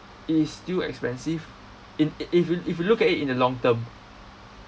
it is still expensive in i~ if you if you look at it in a long term